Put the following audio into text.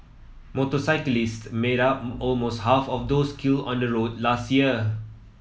motorcyclist made up almost half of those killed on the roads last year